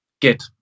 get